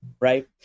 Right